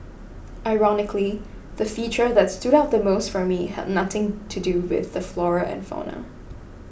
ironically the feature that stood out the most for me had nothing to do with the flora and fauna